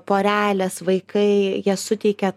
porelės vaikai jie suteikia